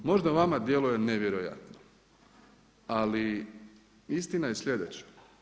Možda vama djeluje nevjerojatno, ali istina je sljedeća.